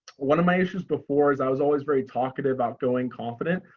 one of my issues before is i was always very talkative outgoing confident,